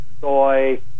soy